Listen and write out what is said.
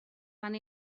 van